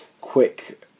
quick